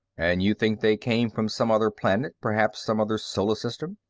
and you think they came from some other planet, perhaps some other solar system?